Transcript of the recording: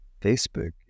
facebook